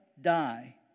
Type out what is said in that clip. die